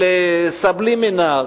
של "סבלימינל",